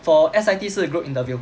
for S_I_T 是 group interview